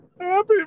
Happy